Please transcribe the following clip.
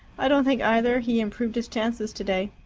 i don't think, either, he improved his chances today.